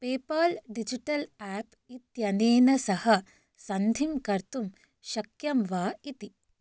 PayPal digital app इत्यनेन सह सन्धिं कर्तुं शक्यं वा इति